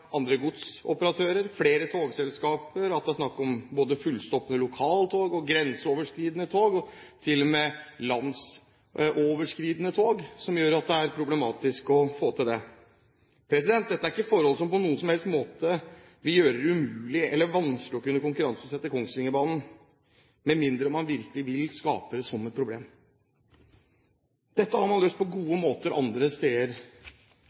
andre godsoperatører, flere togselskaper, at det er snakk om både fullstappede lokaltog og grenseoverskridende tog – og til og med landoverskridende tog – som gjør at det er problematisk å få til dette. Dette er ikke forhold som på noen som helst måte vil gjøre det umulig eller vanskelig å kunne konkurranseutsette Kongsvingerbanen, med mindre man virkelig vil skape det som et problem. Dette har man løst på gode måter andre steder.